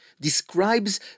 Describes